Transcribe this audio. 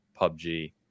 PUBG